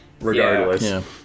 Regardless